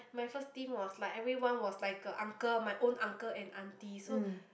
my first team was like everyone was like a uncle my own uncle and aunty so